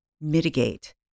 mitigate